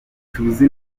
tuzi